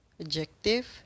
adjective